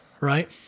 Right